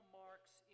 marks